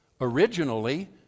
Originally